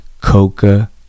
Coca